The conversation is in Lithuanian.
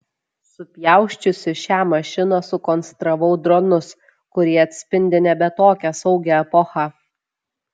supjausčiusi šią mašiną sukonstravau dronus kurie atspindi nebe tokią saugią epochą